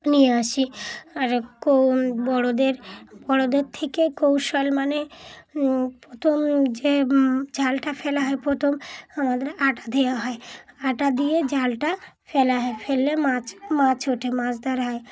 নিয়ে আসি আর ক বড়োদের বড়োদের থেকে কৌশল মানে প্রথম যে জালটা ফেলা হয় প্রথম আমাদের আটা দেওয়া হয় আটা দিয়ে জালটা ফেলা হয় ফেললে মাছ মাছ ওঠে মাছ ধরা হয়